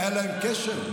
והיה להם קשר?